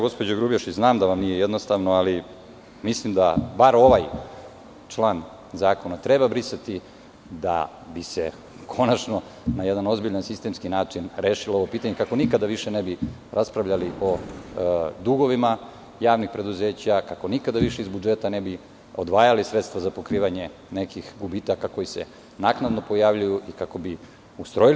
Gospođo Grubješić, znam da vam nije jednostavno, mislim da ovaj član zakona treba brisati kako bi se na jedan ozbiljan, sistemski način rešilo ovo pitanje i kako više nikada ne bi raspravljali o dugovima javnih preduzeća, kako nikada više iz budžeta ne bi izdvajali sredstva za pokrivanje nekih gubitaka koji se naknadno pojavljuju i kako bi ustrojili.